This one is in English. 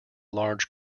large